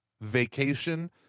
vacation